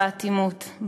באטימות,